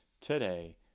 today